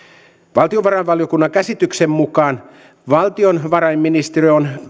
valtiovarainvaliokunnan käsityksen mukaan valtiovarainministeriö on